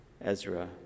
Ezra